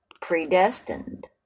predestined